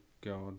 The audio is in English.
God